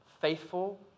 faithful